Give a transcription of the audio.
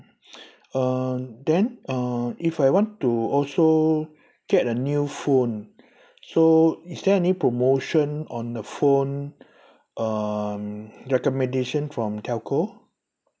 uh then uh if I want to also get a new phone so is there any promotion on the phone um recommendation from telco